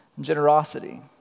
Generosity